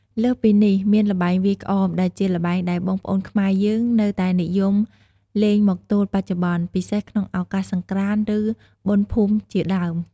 លើសពីនេះមានល្បែងវាយក្អម ដែលជាល្បែងដែលបងប្អូនខ្មែរយើងនៅតែនិយមលេងមកទល់បច្ចុប្បន្ន ពិសេសក្នុងឱកាសសង្ក្រាន្ត ឬ បុណ្យភូមិជាដើម។